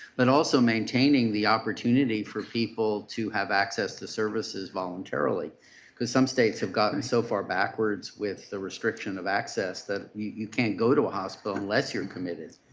but also maintaining the opportunity for people to have access to services voluntarily because some states have gotten so far backwards with the restriction of access that you cannot go to a hospital unless you are committed.